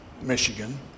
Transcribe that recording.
Michigan